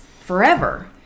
forever